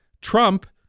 Trump